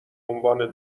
عنوان